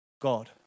God